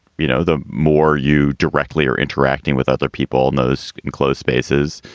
you know, the more you directly are interacting with other people in those enclosed spaces,